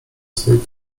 swej